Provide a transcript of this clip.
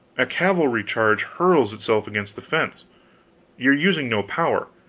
a cavalry charge hurls itself against the fence you are using no power,